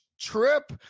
trip